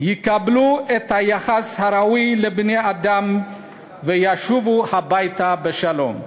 יקבלו את היחס הראוי לבני-אדם וישובו הביתה לשלום.